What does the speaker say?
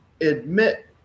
admit